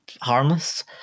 harmless